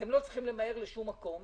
אתם לא צריכים למהר לשום מקום,